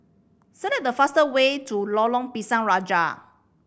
select the fast way to Lorong Pisang Raja